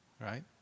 right